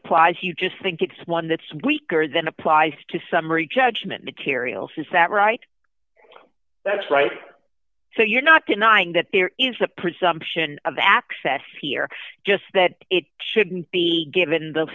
applies you just think it's one that's weaker than applies to summary judgment materials is that right that's right so you're not denying that there is a presumption of access here just that it shouldn't be given the